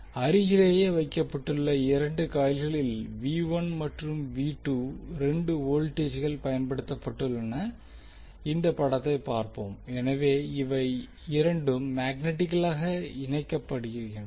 அருகிலேயே வைக்கப்பட்டுள்ள 2 காயில்களில் மற்றும் 2 வோல்டேஜ்கள் பயன்படுத்தப்பட்டுள்ள இந்த படத்தை பார்ப்போம் எனவே இவை இரண்டும் மேக்னட்டிகலாக இணைக்கப்படுகின்றன